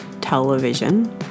television